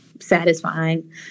satisfying